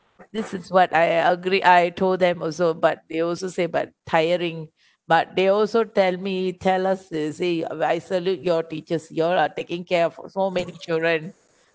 this is what I agree I told them also but they also say but tiring but they also tell me tell us you see I salute you all teachers you all are taking care of so many children